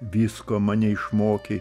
visko mane išmokei